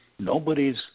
Nobody's